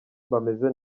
bameze